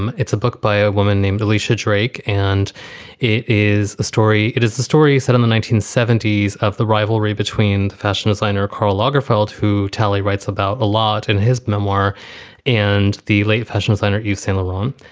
um it's a book by a woman named felicia drake. and it is a story it is the story set in the nineteen seventy s of the rivalry between fashion designer karl lagerfeld, who talley writes about a lot in his memoir and the late fashion designer you celeron.